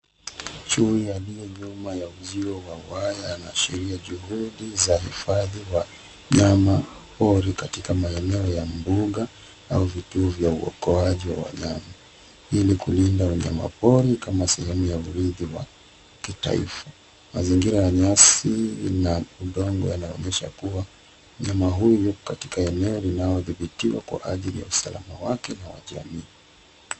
Chui aliye nyuma ya uzio wa waya anaashiria juhudi za hifadhi wanyamapori katika maeneo ya mbuga au vituo vya uokaji wa wanyama ili kulinda unyamapori kama sehemu ya urithi wa kitaifa. Mazingira ya nyasi ina udongo yanaonyesha kuwa mnyama huyu ako katika eneo linaodhibitwa kwa ajili ya usalama wake na wa jamii.